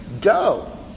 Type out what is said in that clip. Go